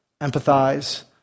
empathize